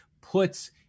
puts